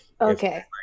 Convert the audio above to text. okay